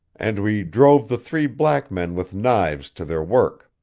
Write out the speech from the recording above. and we drove the three black men with knives to their work.